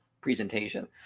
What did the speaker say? presentation